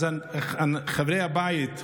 חברי הכנסת,